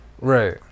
Right